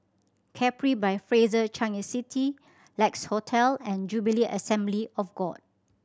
Capri by Fraser Changi City Lex Hotel and Jubilee Assembly of God